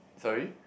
sorry